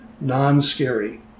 non-scary